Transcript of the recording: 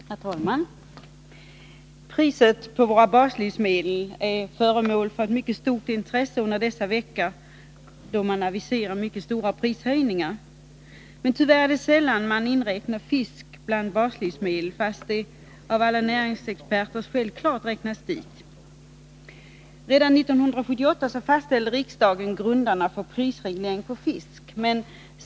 Herr talman! Priserna på våra baslivsmedel är föremål för ett mycket stort intresse dessa veckor, då det aviserats mycket kraftiga prishöjningar. Men tyvärr är det sällan som fisk inräknas bland våra baslivsmedel, trots att fisk av alla näringsexperter självklart räknas dit. Redan 1978 fastställde riksdagen grunderna för regleringen av priserna på fisk.